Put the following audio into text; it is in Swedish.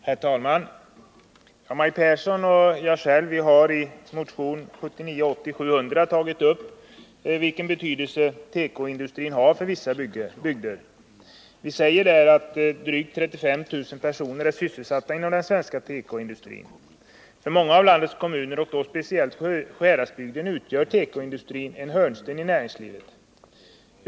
Herr talman! Maj Pehrsson och jag har i motion 1979/80:700 tagit upp tekoindustrins betydelse för vissa bygder. Vi säger där att drygt 35 000 personer är sysselsatta inom den svenska tekoindustrin. För många av landets kommuner, speciellt då i Sjuhäradsbygden, utgör tekoindustrin en hörnsten i näringslivet.